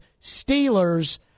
Steelers